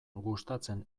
gustatzen